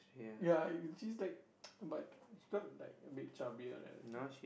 ya she's like but she got like a bit chubbier like that